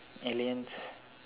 aliens